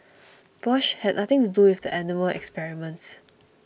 Bosch had nothing to do with the animal experiments